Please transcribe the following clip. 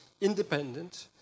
independent